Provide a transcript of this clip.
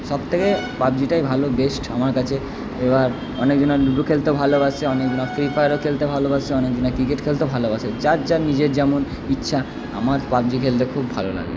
সব থেকে পাবজিটাই ভালো বেস্ট আমার কাছে এবার অনেকজনা লুডু খেলতে ভালোবাসে অনেকজনা ফ্রি ফায়ারও খেলতে ভালোবাসে অনেকজনা ক্রিকেট খেলতে ভালোবাসে যার যার নিজের যেমন ইচ্ছা আমার পাবজি খেলতে খুব ভালো লাগে